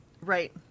right